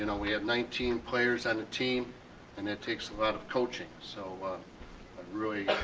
you know we have nineteen players on a team and it takes a lot of coaching. so really